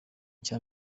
cya